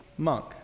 Monk